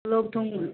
ꯂꯣꯛ ꯊꯨꯡꯉꯤ